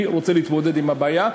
אני רוצה להתמודד עם הבעיה.